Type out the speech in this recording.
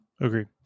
Agreed